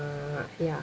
ya